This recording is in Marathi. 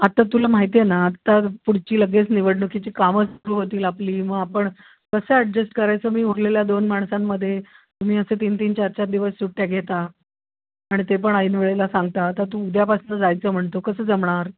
आत्ता तुला माहिती आहे ना आत्ता पुढची लगेच निवडणुकीची कामं सुरू होतील आपली मग आपण कसं ॲडजेस्ट करायचं मी उरलेल्या दोन माणसांमध्ये तुम्ही असे तीन तीन चार चार दिवस सुट्ट्या घेता आणि ते पण ऐनवेळेला सांगता आता तू उद्यापासून जायचं म्हणतो कसं जमणार